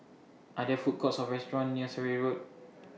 Are There Food Courts Or restaurants near Surrey Road